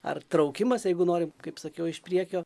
ar traukimas jeigu norim kaip sakiau iš priekio